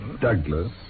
Douglas